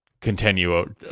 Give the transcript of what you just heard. continue